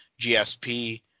GSP